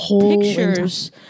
pictures